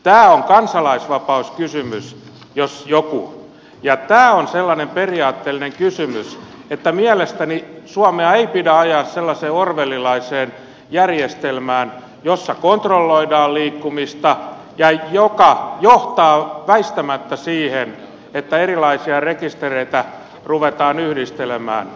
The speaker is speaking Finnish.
tämä on kansalaisvapauskysymys jos joku ja tämä on sellainen periaatteellinen kysymys että mielestäni suomea ei pidä ajaa sellaiseen orwellilaiseen järjestelmään jossa kontrolloidaan liikkumista ja joka johtaa väistämättä siihen että erilaisia rekistereitä ruvetaan yhdistelemään